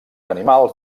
animals